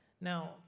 Now